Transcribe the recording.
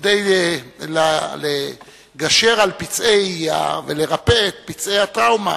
כדי לגשר ולרפא את פצעי הטראומה,